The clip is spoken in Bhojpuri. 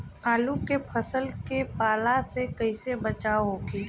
आलू के फसल के पाला से कइसे बचाव होखि?